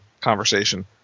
conversation